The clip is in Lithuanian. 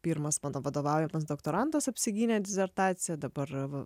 pirmas mano vadovaujamas doktorantas apsigynė disertaciją dabar